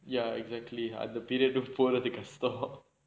ya exactly அந்த:antha period um போறது கஷ்டம்:porathu kashtam